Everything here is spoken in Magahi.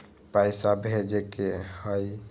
पैसा भेजे के हाइ?